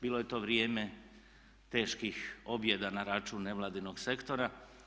Bilo je to vrijeme teških objeda na račun nevladinog sektora.